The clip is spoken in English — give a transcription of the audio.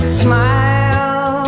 smile